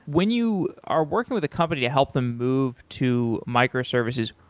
when you are working with a company to help them move to microservices,